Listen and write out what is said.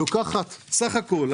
לוקחת סך הכול,